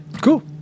Cool